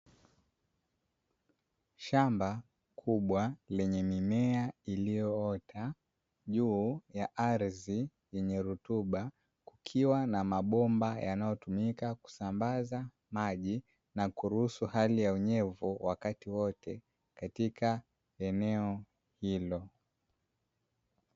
Shamba kubwa lenye mimea iliyoota juu ya ardhi yenye rutuba kukiwa na mabomba yanayotumika kusambaza maji na kuruhusu hali ya unyevu wakati wote katika eneo hilo.